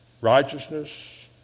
righteousness